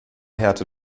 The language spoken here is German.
härte